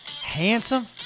Handsome